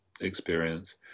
experience